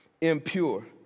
impure